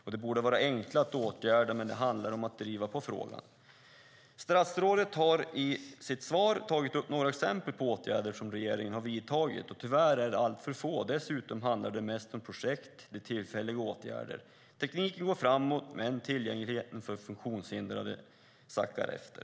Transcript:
Bristerna borde vara enkla att åtgärda, men det handlar om att driva på frågan. Statsrådet har i sitt svar tagit upp några exempel på åtgärder som regeringen har vidtagit. Tyvärr är de alltför få. Dessutom handlar de mest om projekt - det är tillfälliga åtgärder. Tekniken går framåt, men tillgängligheten för funktionshindrade sackar efter.